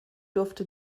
durfte